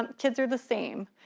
um kids are the same.